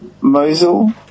Mosul